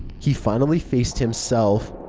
he finally faced himself.